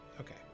Okay